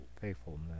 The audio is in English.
faithfulness